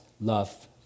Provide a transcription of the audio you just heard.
love